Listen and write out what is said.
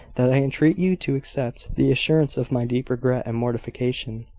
that i entreat you to accept the assurance of my deep regret and mortification.